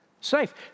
safe